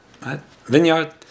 vineyard